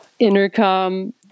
intercom